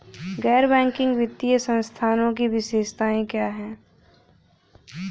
गैर बैंकिंग वित्तीय संस्थानों की विशेषताएं क्या हैं?